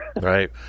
Right